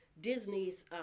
Disney's